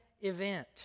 event